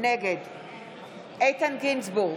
נגד איתן גינזבורג,